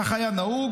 כך היה נהוג.